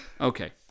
Okay